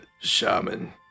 shaman